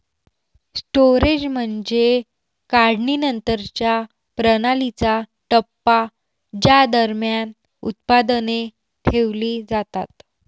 storage म्हणजे काढणीनंतरच्या प्रणालीचा टप्पा ज्या दरम्यान उत्पादने ठेवली जातात